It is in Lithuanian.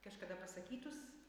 kažkada pasakytus